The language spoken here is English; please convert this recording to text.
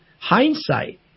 hindsight